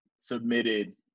submitted